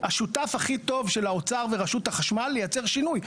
השותף הכי טוב של האוצר ושל רשות החשמל לייצר שינוי.